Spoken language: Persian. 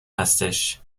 هستش